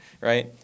right